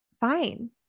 fine